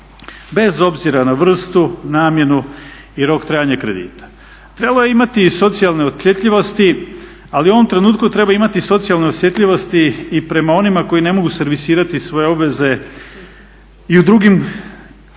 bez obzira na vrstu, namjenu i rok trajanja kredita. Trebalo je imati i socijalne osjetljivosti, a u ovom trenutku treba imati socijalne osjetljivosti i prema onima koji ne mogu servisirati svoje obveze i u drugim valutnim